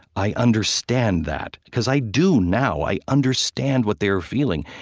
i understand that. because i do now. i understand what they were feeling,